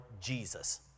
Jesus